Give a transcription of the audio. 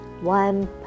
one